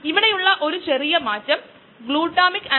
ഇതുപയോഗിച്ച് practice problem 2